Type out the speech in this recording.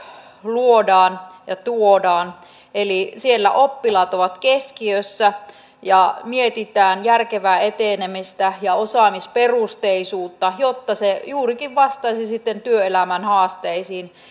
luodaan ja tuodaan eli siellä oppilaat ovat keskiössä ja mietitään järkevää etenemistä ja osaamisperusteisuutta jotta se juurikin vastaisi sitten työelämän haasteisiin